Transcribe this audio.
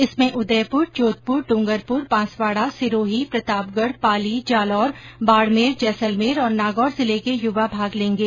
इसमें उदयपुर जोधपुर डूंगरपुर बांसवाड़ा सिरोही प्रतापगढ पाली जालौर बाड़मेर जैसलमेर और नागौर जिले के युवा भाग लेंगे